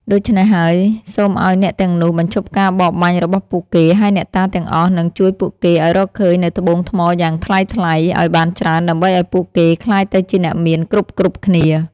ដូច្នេះហើយសូមឱ្យអ្នកទាំងនោះបញ្ឈប់ការបរបាញ់របស់ពួកគេ ហើយអ្នកតាទាំងអស់នឹងជួយពួកគេឲ្យរកឃើញនូវត្បូងថ្មយ៉ាងថ្លៃៗ ឲ្យបានច្រើនដើម្បីឲ្យពួកគេក្លាយទៅជាអ្នកមានគ្រប់ៗគ្នា